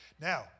Now